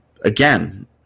again